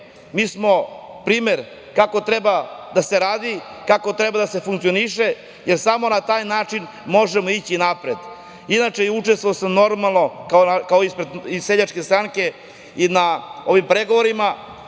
mi smo primer kako treba da se radi, kako treba da se funkcioniše, jer samo na taj način možemo ići napred. Inače, učestvovao sam, normalno, ispred Ujedinjene seljačke stranke i na ovim pregovorima,